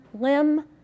limb